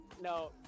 No